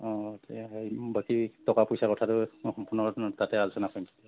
অঁ তে হৰি বাকী টকা পইচাৰ কথাটো সম্পূৰ্ণ তাতে আলোচনা কৰিম